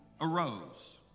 arose